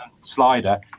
slider